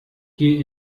geh